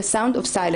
The Sound of Silence.